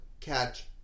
catch